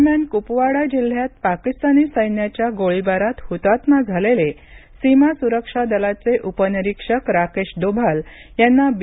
दरम्यान कुपवाडा जिल्ह्यात पाकिस्तानी सैन्याच्या गोळीबारात हुतात्मा झालेले सीमा सुरक्षा दलाचे उपनिरीक्षक राकेश दोभाल यांना बी